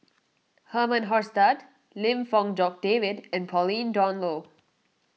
Herman Hochstadt Lim Fong Jock David and Pauline Dawn Loh